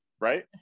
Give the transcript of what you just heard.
right